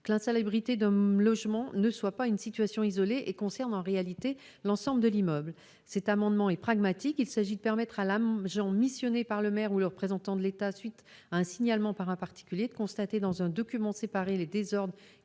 que l'insalubrité d'un logement ne soit pas une situation isolée et qu'elle concerne en réalité l'ensemble de l'immeuble. Cet amendement a un objet pragmatique : il s'agit de permettre à l'agent missionné par le maire ou le représentant de l'État, à la suite du signalement d'un particulier, de constater dans un document séparé les désordres